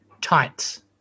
tights